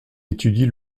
étudie